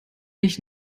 nicht